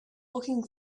looking